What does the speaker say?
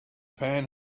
pan